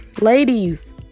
ladies